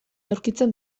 aurkitzen